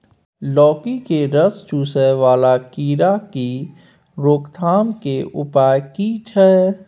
लौकी के रस चुसय वाला कीरा की रोकथाम के उपाय की छै?